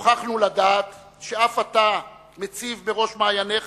נוכחנו לדעת שאף אתה מציב בראש מעייניך